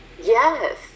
yes